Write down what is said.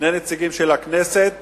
של הכנסת